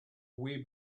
way